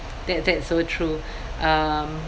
that that's so true um